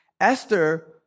Esther